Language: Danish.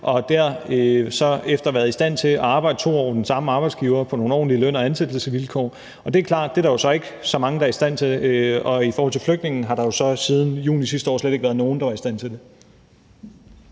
og derefter så været i stand til at arbejde 2 år under den samme arbejdsgiver på nogle ordentlige løn- og ansættelsesvilkår, og det er klart, at det er der jo ikke så mange der er i stand til. Og i forhold til flygtninge har der så siden juni sidste år slet ikke været nogen, der var i stand til det.